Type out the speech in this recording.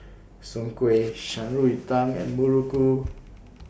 Soon Kuih Shan Rui Tang and Muruku